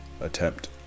Attempt